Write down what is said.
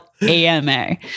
AMA